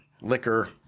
liquor